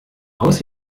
aus